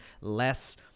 less